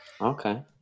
Okay